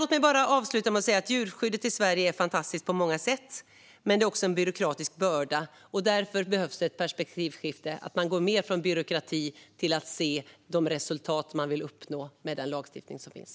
Låt mig avsluta med att säga att djurskyddet i Sverige är fantastiskt på många sätt, men det är också en byråkratisk börda. Därför behövs det ett perspektivskifte så att man går från byråkrati till att se de resultat man vill uppnå med den lagstiftning som finns.